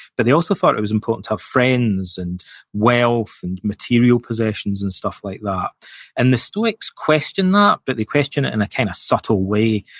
but they also thought it was important to have friends, and wealth, and material possessions, and stuff like that and the stoics question that, but they question it in a kind of subtle way.